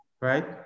right